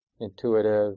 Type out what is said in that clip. intuitive